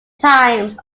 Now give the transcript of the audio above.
times